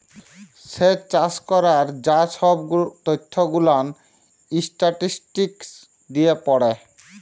স্যেচ চাষ ক্যরার যা সহব ত্যথ গুলান ইসট্যাটিসটিকস দিয়ে পড়ে